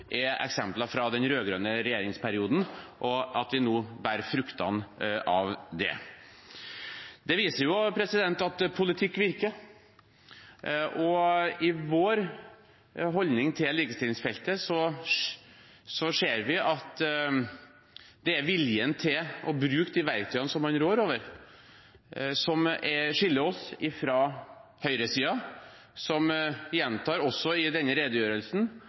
er eksempler fra den rød-grønne regjeringsperioden, og at vi nå høster fruktene av det. Det viser at politikk virker. I vår holdning til likestillingsfeltet ser vi at det er viljen til å bruke de verktøyene man rår over, som skiller oss ifra høyresiden, som gjentar også i denne redegjørelsen